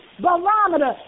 barometer